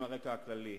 הן הרקע הכללי,